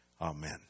Amen